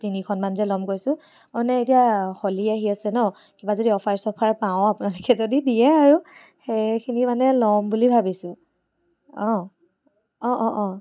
তিনিখনমান যে ল'ম কৈছো অ' নাই এতিয়া হ'লি আহি আছে ন' যে কিবা যদি অফাৰ চফাৰ পাওঁ আপোনালোকে যদি দিয়ে আৰু সেইখিনি মানে ল'ম বুলি ভাবিছো অ' অ' অ' অ'